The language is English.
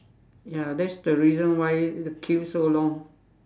ya that's the reason why the queue so long